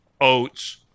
oats